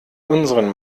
unseren